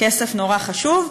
כסף נורא חשוב,